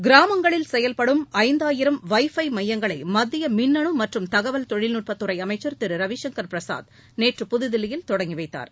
கிராமங்களில் செயல்படும் ஐந்தாயிரம் வைஃபை மையங்களை மத்திய மின்னனு மற்றும் தகவல் தொழில்நுட்பத்துறை அமைச்சர் திரு ரவிசங்கர் பிரசாத் நேற்று புதுதில்லியில் தொடங்கி வைத்தார்